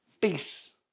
peace